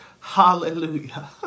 Hallelujah